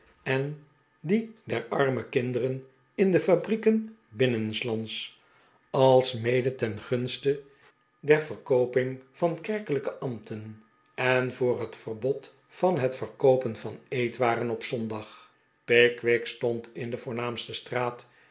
en die der arme kinderen in de fabrieken binnenslands alsmede ten gunste der verkooping van kerkelijke ambten en voor het verbod van het verkoopen van eetwaren op zondag pickwick stond in de voornaamste straat